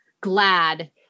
glad